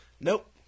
Nope